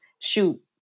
shoot